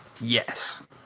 Yes